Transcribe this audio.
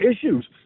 issues